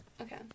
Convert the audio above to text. Okay